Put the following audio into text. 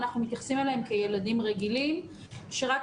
אנחנו מתייחסים אליהם כילדים רגילים שרק